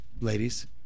ladies